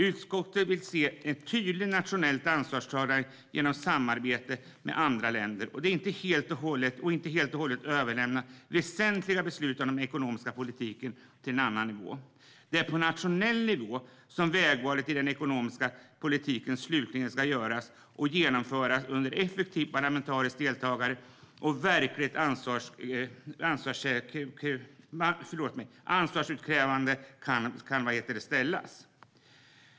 Utskottet vill se ett tydligt nationellt ansvarstagande genom samarbete med andra länder och inte helt och hållet överlämna väsentliga beslut om den ekonomiska politiken till en annan nivå. Det är på nationell nivå som vägvalen i den ekonomiska politiken slutligen ska göras och genomföras under effektivt parlamentariskt deltagande och med verkligt ansvarsutkrävande. Herr talman!